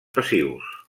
passius